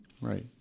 Right